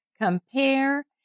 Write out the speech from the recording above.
compare